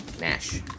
Nash